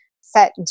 set